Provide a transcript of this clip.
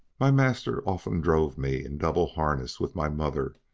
my master often drove me in double harness, with my mother,